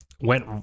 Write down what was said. Went